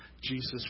Jesus